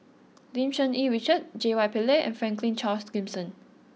Lim Cherng Yih Richard J Y Pillay and Franklin Charles Gimson